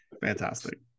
fantastic